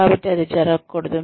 కాబట్టి అది జరగకూడదు